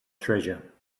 treasure